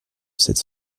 sept